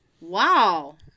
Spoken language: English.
Wow